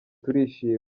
turishima